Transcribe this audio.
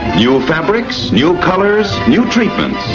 new fabrics, new colours, new treatments,